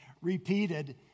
repeated